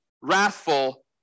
wrathful